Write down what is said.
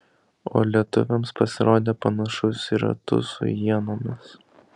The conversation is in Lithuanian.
o lietuviams pasirodė panašus į ratus su ienomis